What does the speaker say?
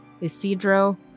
Isidro